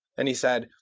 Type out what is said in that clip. and he said,